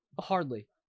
Hardly